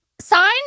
sign